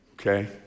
okay